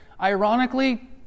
ironically